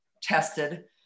tested